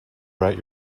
write